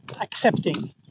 accepting